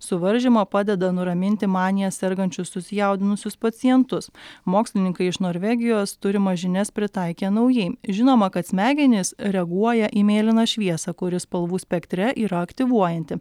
suvaržymo padeda nuraminti manija sergančius susijaudinusius pacientus mokslininkai iš norvegijos turimas žinias pritaikė naujai žinoma kad smegenys reaguoja į mėlyną šviesą kuri spalvų spektre yra aktyvuojanti